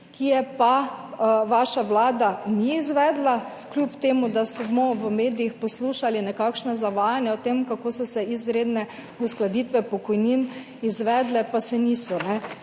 ki je pa vaša vlada ni izvedla, kljub temu, da smo v medijih poslušali nekakšna zavajanja o tem, kako so se izredne uskladitve pokojnin izvedle, pa se niso.